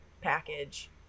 package